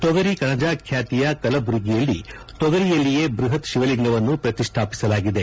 ತೊಗರಿ ಕಣಜ ಖ್ಯಾತಿಯ ಕಲಬುರಗಿಯಲ್ಲಿ ತೊಗರಿಯಲ್ಲಿಯೇ ಬೃಹತ್ ಶಿವಲಿಂಗವನ್ನು ಪ್ರತಿಷ್ಠಾಪಿಸಲಾಗಿದೆ